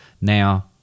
Now